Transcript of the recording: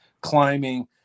climbing